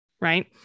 Right